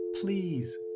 Please